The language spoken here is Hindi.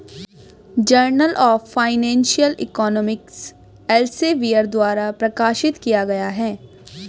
journal of financial economics Elsevier द्वारा प्रकाशित किया गया हैं